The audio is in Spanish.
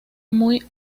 muy